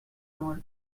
molt